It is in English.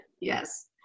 Yes